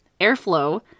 airflow